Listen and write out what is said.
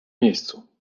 miejscu